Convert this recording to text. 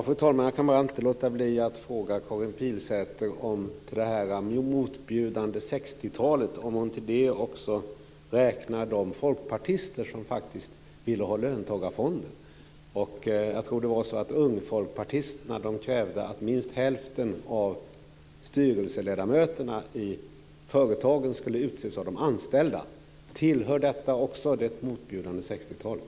Fru talman! Jag kan inte låta bli att fråga Karin Pilsäter om det här med det motbjudande 60-talet. Jag undrar om hon till det också räknar de folkpartister som faktiskt ville ha löntagarfonder. Jag tror att ungfolkpartisterna krävde att minst hälften av styrelseledamöterna i företagen skulle utses av de anställda. Tillhör detta också det motbjudande 60-talet?